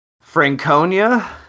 Franconia